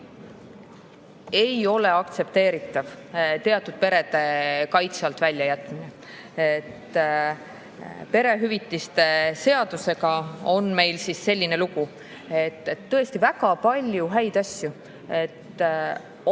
ei ole aktsepteeritav teatud perede kaitse alt välja jätmine. Perehüvitiste seadusega on meil selline lugu, et tõesti on väga palju häid asju. On